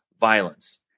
violence